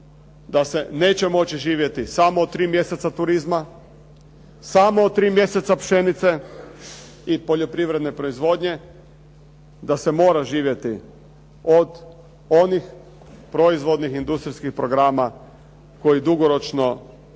da se neće moći živjeti samo od tri mjeseca turizma, samo od tri mjeseca pšenice i od poljoprivredne proizvodnje, da se mora živjeti od onih proizvodnih industrijskih programa koji dugoročno